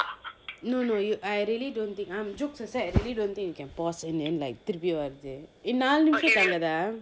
no no you I really don't think I'm jokes aside I really don't think you can pause in in like திருப்பி வருது ஏன் நாலு நிமிசம் தாங்காதா:thiruppi varuthu ean naalu nimisam thaangatha